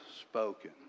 spoken